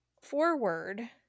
forward